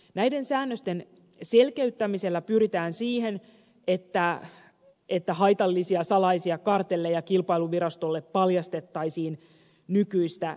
näiden säännösten selkeyttämisellä pyritään siihen että haitallisia salaisia kartelleja paljastettaisiin kilpailuvirastolle nykyistä enemmän